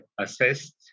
assessed